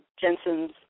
Jensen's